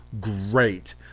Great